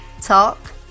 talk